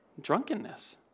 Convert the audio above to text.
drunkenness